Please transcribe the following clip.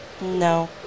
No